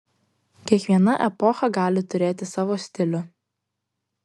kiekviena epocha gali turėti savo stilių